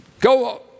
Go